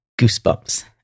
goosebumps